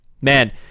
Man